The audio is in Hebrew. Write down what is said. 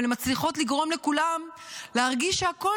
אבל הן מצליחות לגרום לכולם להרגיש שהכול